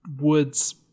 woods